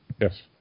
yes